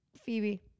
Phoebe